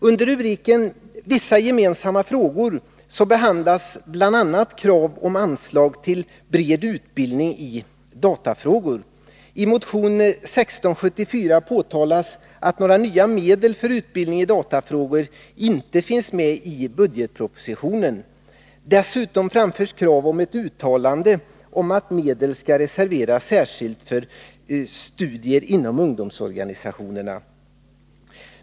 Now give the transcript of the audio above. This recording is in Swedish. Under rubriken Vissa gemensamma frågor behandlas bl.a. krav på anslag för bred utbildning i datafrågor. I motion 1674 påtalas att någon anvisning om ytterligare medel för utbildning i datafrågor inte finns med i budgetpropositionen. Dessutom framförs krav på ett uttalande om att medel särskilt skall reserveras för studier inom ungdomsorganisationerna.